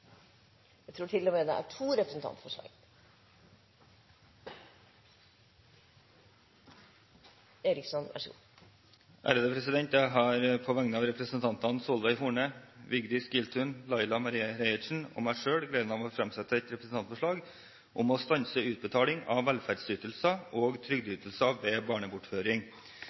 jeg gleden av å framsette et representantforslag om en strategi for økt internasjonalisering i utdanning og arbeidsliv. Representanten Robert Eriksson vil framsette to representantforslag. På vegne av representantene Solveig Horne, Vigdis Giltun, Laila Marie Reiertsen og meg selv har jeg gleden av å fremsette et representantforslag om å stanse utbetaling av velferds- og trygdeytelser ved